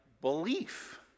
belief